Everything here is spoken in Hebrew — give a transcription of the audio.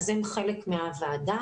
הם חלק מהוועדה.